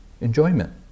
enjoyment